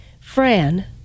Fran